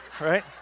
Right